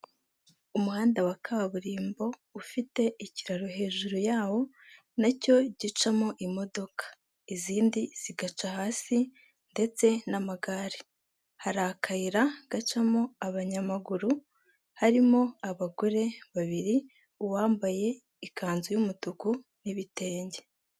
Umuhanda wa kaburimbo ufite ikiraro hejuru yawo nacyo gicamo imodoka, izindi zigaca hasi ndetse n'amagare, hari akayira gacamo abanyamaguru harimo abagore babiri, uwambaye ikanzu y'umutuku n'ibitenge.